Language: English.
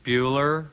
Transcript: Bueller